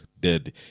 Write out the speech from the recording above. dead